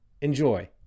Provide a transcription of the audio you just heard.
Enjoy